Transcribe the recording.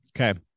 Okay